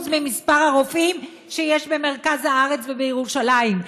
ממספר הרופאים שיש במרכז הארץ ובירושלים,